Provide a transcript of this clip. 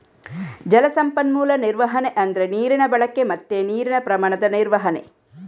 ಜಲ ಸಂಪನ್ಮೂಲ ನಿರ್ವಹಣೆ ಅಂದ್ರೆ ನೀರಿನ ಬಳಕೆ ಮತ್ತೆ ನೀರಿನ ಪ್ರಮಾಣದ ನಿರ್ವಹಣೆ